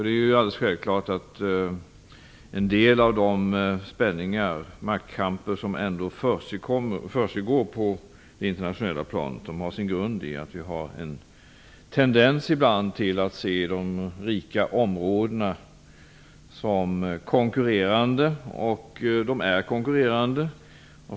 Det är självklart att en del av de spänningar och maktkamper som försiggår på det internationella planet har sin grund i att vi ibland har en tendens att se de rika områdena som konkurrerande - de är också konkurrerande.